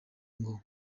ngo